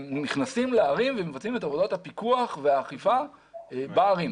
הם נכנסים לערים ומבצעים את עבודות הפיקוח והאכיפה בערים.